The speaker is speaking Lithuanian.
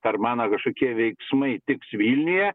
ar mano kažkokie veiksmai tiks vilniuje